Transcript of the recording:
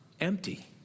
empty